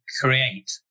create